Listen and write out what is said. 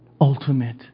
ultimate